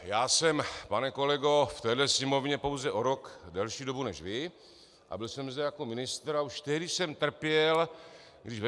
Já jsem, pane kolego, v téhle Sněmovně pouze o rok delší dobu než vy a byl jsem zde jako ministr a už tehdy jsem trpěl, když ve